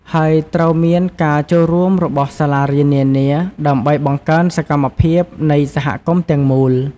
ហើយត្រូវមានការចូលរួមរបស់សាលារៀននានា ដើម្បីបង្កើនសកម្មភាពនៃសហគមន៍ទាំងមូល។